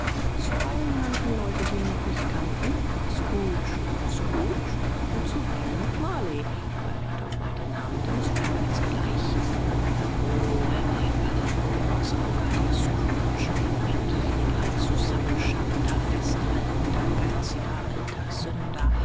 zuweilen nannten leute die ihn noch nicht kannten scrooge scrooge und zuweilen marley aber er hörte auf beide namen denn es war ihm ganz gleich o er war ein wahrer blutsauger der scrooge ein gieriger zusammenscharrender festhaltender geiziger alter sünder